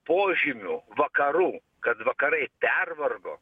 požymių vakarų kad vakarai pervargo